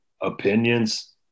opinions